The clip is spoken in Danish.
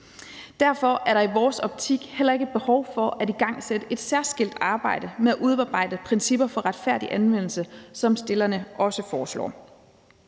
Derfor er der i vores optik heller ikke behov for at igangsætte et særskilt arbejde med at udarbejde principper for retfærdig anvendelse, som stillerne også foreslår,